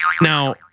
Now